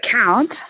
account